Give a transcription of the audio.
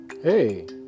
Hey